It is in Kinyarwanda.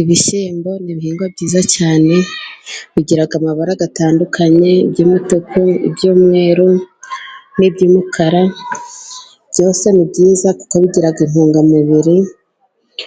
Ibishyimbo ni ibihingwa byiza cyane bigira amabara atandukanye, iby'imituku, iby'umweru n'iby'umukara, byose ni byiza kuko bigira intungamubiri,